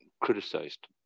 criticized